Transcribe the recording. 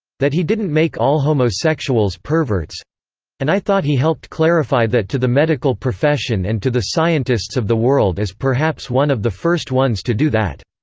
that he didn't make all homosexuals perverts and i thought he helped clarify that to the medical profession and to the scientists of the world as perhaps one of the first ones to do that.